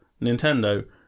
Nintendo